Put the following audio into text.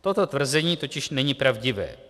Toto tvrzení totiž není pravdivé.